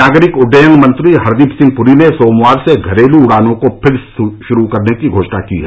नागरिक उड्डयन मंत्री हरदीप सिंह पुरी ने सोमवार से घरेलू उड़ानों को फिर शुरू करने की घोषणा की है